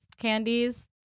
candies